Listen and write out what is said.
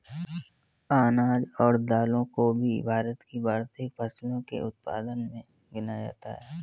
अनाज और दालों को भी भारत की वार्षिक फसलों के उत्पादन मे गिना जाता है